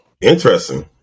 Interesting